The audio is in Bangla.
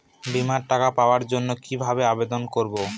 বিমার টাকা পাওয়ার জন্য কিভাবে আবেদন করব?